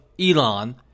Elon